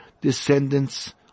descendants